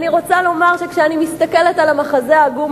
אני רוצה לומר שכשאני מסתכלת על המחזה העגום